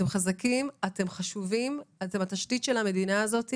אתם חזקים, אתם חשובים, אתם התשתית של המדינה הזו.